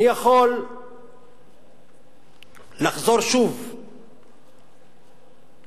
אני יכול לחזור שוב לאותו לילה על מה שקרה בו,